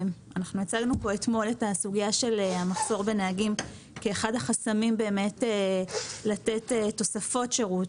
הצגנו פה אתמול את סוגיית המחסור בנהגים כאחד החסמים לתת תוספות שירות